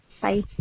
Bye